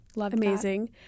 amazing